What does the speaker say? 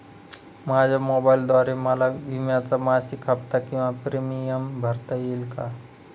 माझ्या मोबाईलद्वारे मला विम्याचा मासिक हफ्ता किंवा प्रीमियम भरता येईल का?